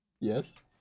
Yes